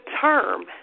term